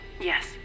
Yes